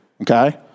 Okay